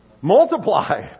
Multiply